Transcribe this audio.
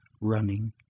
running